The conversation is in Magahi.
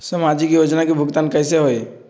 समाजिक योजना के भुगतान कैसे होई?